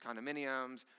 condominiums